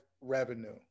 revenue